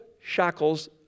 shackles